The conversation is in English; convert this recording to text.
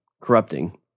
corrupting